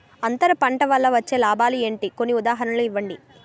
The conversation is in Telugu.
అంతర పంట వల్ల వచ్చే లాభాలు ఏంటి? కొన్ని ఉదాహరణలు ఇవ్వండి?